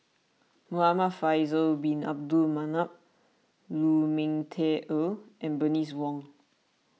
Muhamad Faisal Bin Abdul Manap Lu Ming Teh Earl and Bernice Wong